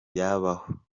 yabaho